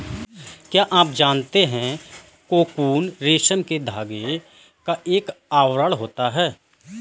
क्या आप जानते है कोकून रेशम के धागे का एक आवरण होता है?